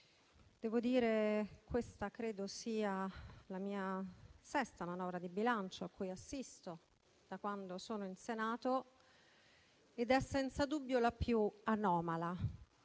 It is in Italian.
Presidente, questa credo sia la sesta manovra di bilancio a cui assisto da quando sono in Senato ed è senza dubbio la più anomala.